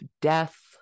death